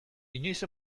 inoiz